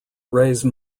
raise